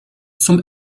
zum